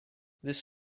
this